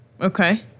Okay